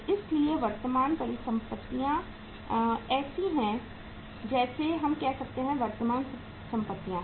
इसलिए वर्तमान परिसंपत्तियां ऐसी हैं जैसे हम कहते हैं कि वर्तमान संपत्तियां हैं